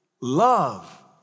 Love